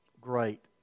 great